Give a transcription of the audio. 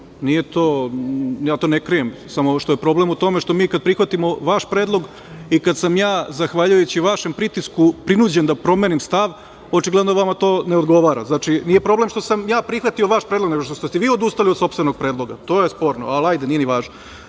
Nije to, ja to ne krijem, samo što je problem u tome što mi kada prihvatimo vaš predlog i kada sam ja zahvaljujući vašem pritisku prinuđen da promenim stav, očigledno vama to ne odgovara. Znači, nije problem što sam ja prihvatio vaš predlog nego što ste odustali od sopstvenog predloga. To je sporno, ali ajde, nije ni